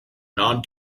non